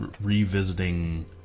revisiting